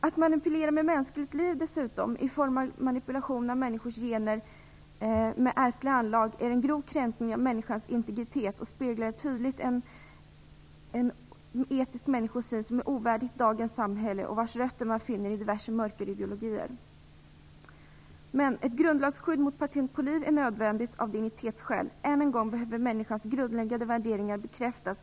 Att manipulera med mänskligt liv i form av manipulationer med människors gener och ärftliga anlag är dessutom en grov kränkning av människans integritet och speglar tydligt en etisk människosyn som är ovärdig dagens samhälle och vars rötter man finner i diverse mörkerideologier. Ett grundlagsskydd mot patent på liv är nödvändigt av dignitetsskäl. Än en gång behöver människans grundläggande värderingar bekräftas.